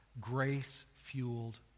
grace-fueled